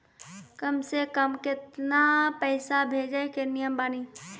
कम से कम केतना पैसा भेजै के नियम बानी?